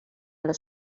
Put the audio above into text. los